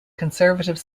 conservative